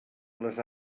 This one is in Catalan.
les